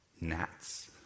gnats